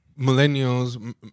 millennials